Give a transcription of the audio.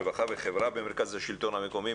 רווחה במרכז השלטון המקומי.